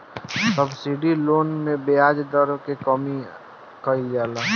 subsidised loan में ब्याज दर के कमी कइल जाला